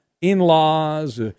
in-laws